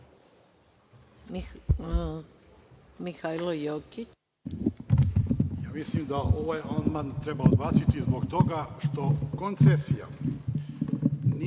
Mihailo Jokić.